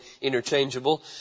interchangeable